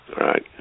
Right